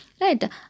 Right